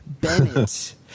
Bennett